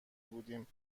بودیم